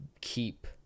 keep